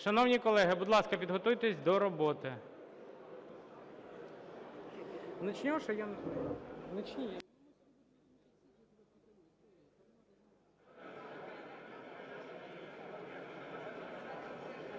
Шановні колеги, будь ласка, підготуйтесь до роботи.